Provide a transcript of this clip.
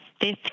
fifth